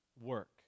work